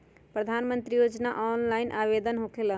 प्रधानमंत्री योजना ऑनलाइन आवेदन होकेला?